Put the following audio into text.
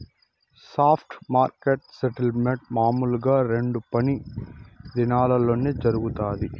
spot మార్కెట్ల settlement మామూలుగా రెండు పని దినాల్లోనే జరగతాది